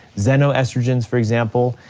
xenoestrogens for example,